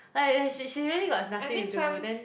like like she she really got nothing to do then